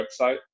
website